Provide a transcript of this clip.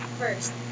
first